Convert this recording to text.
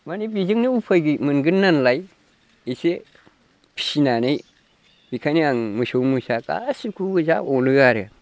मानि बेजोंनो उफाय मोनगोननालाय एसे फिनानै बेखायनो आं मोसौ मोसा गासिखौबो जा अनो आरो